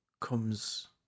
comes